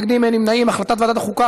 הצעת ועדת החוקה,